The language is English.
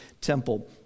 temple